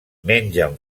mengen